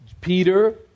Peter